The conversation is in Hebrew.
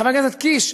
חבר הכנסת קיש: